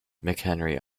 mchenry